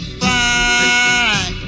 fight